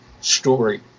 story